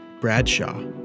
Bradshaw